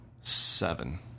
seven